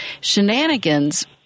shenanigans